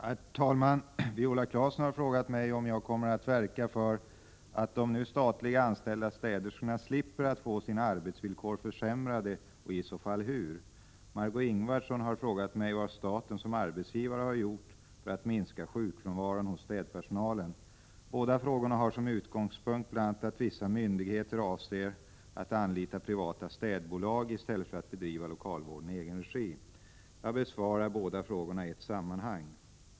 Herr talman! Viola Claesson har frågat mig om jag kommer att verka för att de nu statligt anställda städerskorna slipper att få sina arbetsvillkor försämrade och i så fall hur. Margé Ingvardsson har frågat mig vad staten som arbetsgivare har gjort för att minska sjukfrånvaron hos städpersonalen. Båda frågorna har som utgångspunkt bl.a. att vissa myndigheter avser att anlita privata städbolag i stället för att bedriva lokalvården i egen regi. Jag besvarar frågorna i ett sammanhang.